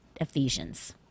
Ephesians